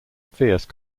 fierce